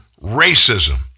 racism